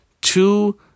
two